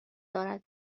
دارد